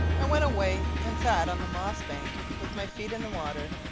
i went away and sat on the moss-bank with my feet in the water.